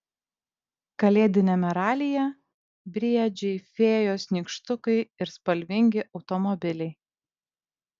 kalėdiniame ralyje briedžiai fėjos nykštukai ir spalvingi automobiliai